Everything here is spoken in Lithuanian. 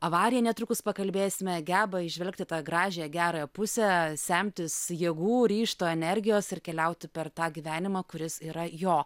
avariją netrukus pakalbėsime geba įžvelgti tą gražią gerąją pusę semtis jėgų ryžto energijos ir keliauti per tą gyvenimą kuris yra jo